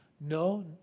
No